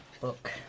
book